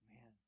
man